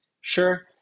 Sure